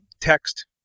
text